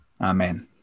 amen